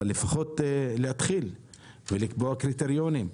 אבל לפחות להתחיל ולקבוע קריטריונים.